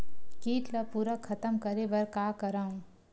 कीट ला पूरा खतम करे बर का करवं?